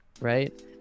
right